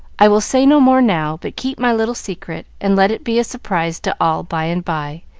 i will say no more now, but keep my little secret and let it be a surprise to all by and by,